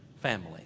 family